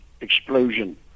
explosion